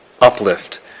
uplift